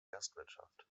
gastwirtschaft